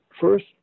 first